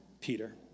Peter